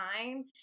time